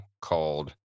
called